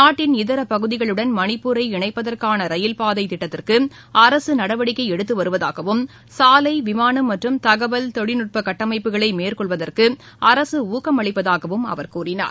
நாட்டின் இதர பகுதிகளுடன் மணிப்பூரை இணைப்பதற்கான ரயில்பாதை திட்டத்திற்கு அரசு நடவடிக்கை எடுத்து வருவதாகவும் சாலை விமானம் மற்றும் தகவல் தொழில்நுட்ப கட்டமைப்புகளை மேற்கொள்வதற்கு அரசு ஊக்கம் அளிப்பதாகவும் அவர் கூறினார்